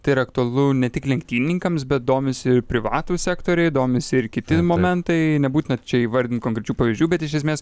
tai yra aktualu ne tik lenktynininkams bet domisi ir privatūs sektoriai domisi ir kiti momentai nebūtina čia įvardint konkrečių pavyzdžių bet iš esmės